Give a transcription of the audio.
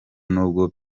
nubwo